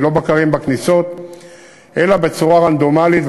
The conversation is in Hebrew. בלא בקרים בכניסות אלא בצורה רנדומלית,